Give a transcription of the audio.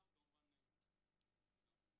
וגם כמובן בשביל המורים.